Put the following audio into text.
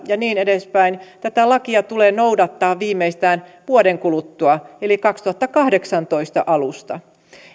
ja niin edespäin tätä lakia tulee noudattaa viimeistään vuoden kuluttua eli vuoden kaksituhattakahdeksantoista alusta